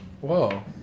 Whoa